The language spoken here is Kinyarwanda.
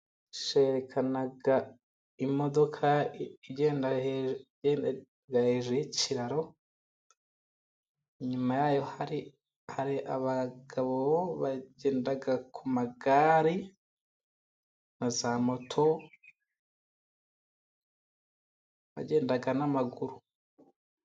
Cyerekana imodoka igenda hejuru y'ikiraro, inyuma yayo hari abagabo bagenda ku magare na za moto, abagenda n'amaguru.